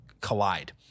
collide